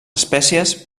espècies